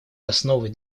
основой